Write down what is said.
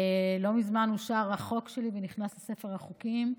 לא מזמן אושר החוק שלי, ונכנס לספר החוקים,